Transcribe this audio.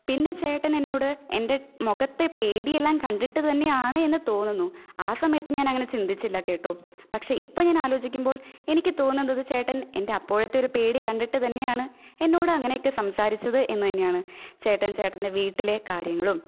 പിന്നെ ചേട്ടനെന്നോട് എന്റെ മുഖത്തെ പേടിയെല്ലാം കണ്ടിട്ട് തന്നെയാണ് എന്ന് തോന്നുന്നു ആ സമയത്ത് ഞാനങ്ങനെ ചിന്തിച്ചില്ല കേട്ടോ പക്ഷേ ഇപ്പം ഞാന് ആലോചിക്കുമ്പോള് എനിക്ക് തോന്നുന്നത് ചേട്ടന് എന്റെ അപ്പോഴത്തെ ഒരു പേടി കണ്ടിട്ട് തന്നെയാണ് എന്നോട് അങ്ങനെയക്കെ സംസാരിച്ചത് എന്ന് തന്നെയാണ് ചേട്ടന് ചേട്ടന്റെ വീട്ടിലെ കാര്യങ്ങളും